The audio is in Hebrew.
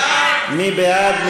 מי בעד?